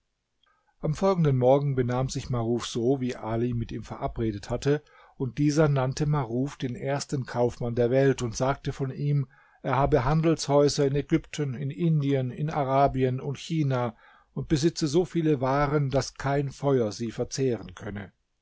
am folgenden morgen benahm sich maruf so wie ali mit ihm verabredet hatte und dieser nannte maruf den ersten kaufmann der welt und sagte von ihm er habe handelshäuser in ägypten in indien in arabien und china und besitze so viele waren daß kein feuer sie verzehren könne